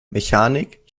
mechanik